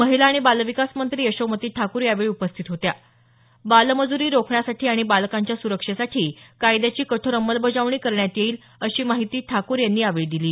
महिला आणि बालविकास मंत्री यशोमती ठाकूर यावेळी उपस्थित होत्या बालमज्री रोखण्यासाठी आणि बालकांच्या सुरक्षेसाठी कायद्याची कठोर अंमलबजावणी करण्यात येईल अशी माहिती ठाकूर यांनी यावेळी दिली